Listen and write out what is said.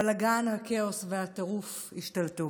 הבלגן, הכאוס והטירוף השתלטו: